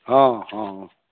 हँ हँ